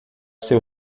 seu